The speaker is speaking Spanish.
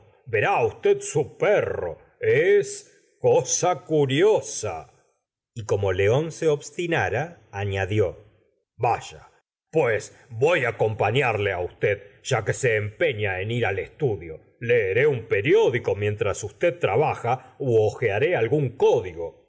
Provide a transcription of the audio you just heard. verá usted su perro es cosa curiosa y como león se obstinara afiadió vaya pues voy á acompañarle á usted ya que se empeña en ir al estudio leeré un periódico mientras usted trabaja ú hojearé algún código